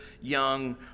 young